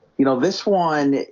you know this one,